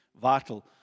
vital